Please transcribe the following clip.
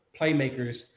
playmakers